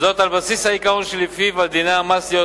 וזאת על בסיס העיקרון שלפיו על דיני המס להיות